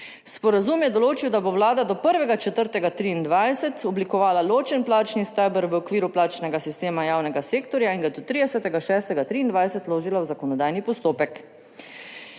Sporazum je določil, da bo vlada do 1. 4. 2023 oblikovala ločen plačni steber v okviru plačnega sistema javnega sektorja in ga do 30. 6. 2023 vložila v zakonodajni postopek.